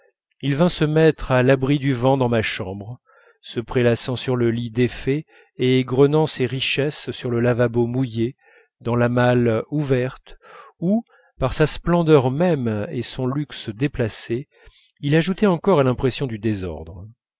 il vînt se mettre à l'abri du vent dans ma chambre se prélassant sur le lit défait et égrenant ses richesses sur le lavabo mouillé dans la malle ouverte où par sa splendeur même et son luxe déplacé il ajoutait encore à l'impression du désordre